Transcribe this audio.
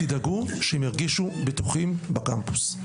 תדאגו שהם ירגישו בטוחים בקמפוס.